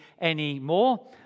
anymore